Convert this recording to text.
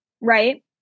right